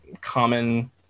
common